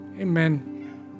Amen